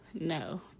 no